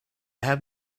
have